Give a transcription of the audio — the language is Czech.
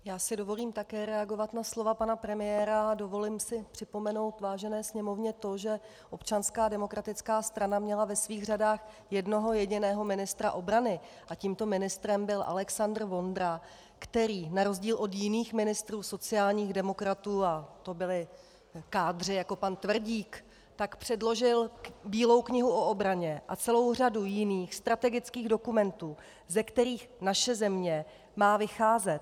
Já si dovolím také reagovat na slova pana premiéra a dovolím si připomenout vážené Sněmovně to, že Občanská demokratická strana měla ve svých řadách jednoho jediného ministra obrany a tímto ministrem byl Alexandr Vondra, který na rozdíl od jiných ministrů sociálních demokratů, a to byli kádři jako pan Tvrdík, předložil Bílou knihu o obraně a celou řadu jiných strategických dokumentů, ze kterých naše země má vycházet.